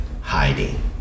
hiding